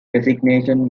resignation